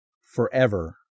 forever